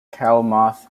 klamath